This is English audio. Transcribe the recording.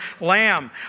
lamb